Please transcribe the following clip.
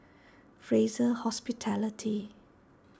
Fraser Hospitality